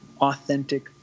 authentic